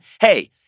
Hey